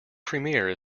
premiere